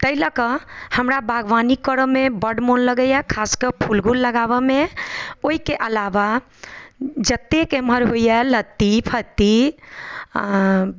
ताहि लअ कऽ हमरा बागवानी करऽमे बड्ड मोन लगैए खास कऽ फूल गूल लगाबऽमे ओहिके अलावा जतेक एम्हर होइए लत्ती फत्ती